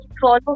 follow